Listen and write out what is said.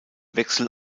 wechsel